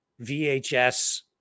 VHS